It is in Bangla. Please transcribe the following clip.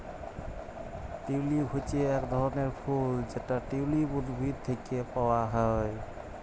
টিউলিপ হচ্যে এক ধরলের ফুল যেটা টিউলিপ উদ্ভিদ থেক্যে পাওয়া হ্যয়